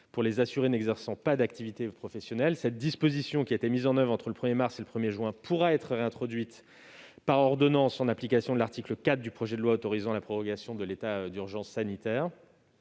des assurés n'exerçant pas d'activité professionnelle. Cette disposition, mise en oeuvre entre le 1 mars et le 1 juin, pourra être réintroduite par ordonnance en application de l'article 4 du projet de loi autorisant la prorogation de l'urgence sanitaire.